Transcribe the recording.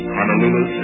Honolulu